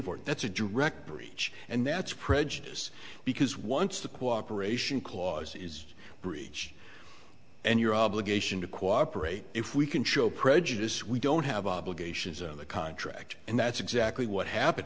for it that's a direct breach and that's prejudice because once the cooperation clause is breach and your obligation to cooperate if we can show prejudice we don't have obligations on the contract and that's exactly what happened